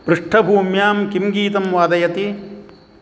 पृष्ठभूम्यां किं गीतं वादयति